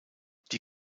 die